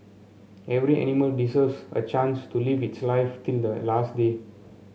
every animal deserves a chance to live its life till the last day